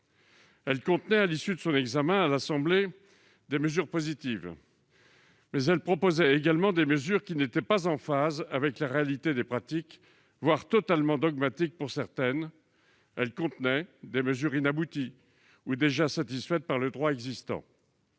Elle contenait, à l'issue de son examen à l'Assemblée nationale, des mesures positives. Mais elle proposait également des mesures qui n'étaient pas en phase avec la réalité des pratiques, voire totalement dogmatiques : certaines étaient inabouties ou déjà satisfaites par le droit existant,